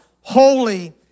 holy